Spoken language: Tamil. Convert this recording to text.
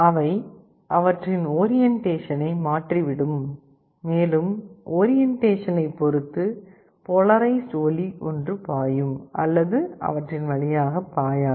அவை அவற்றின் ஓரியண்டேசனை மாற்றிவிடும் மேலும் ஓரியண்டேசனைப் பொறுத்து போலாரைஸ்ட் ஒளி ஒன்று பாயும் அல்லது அவற்றின் வழியாகப் பாயாது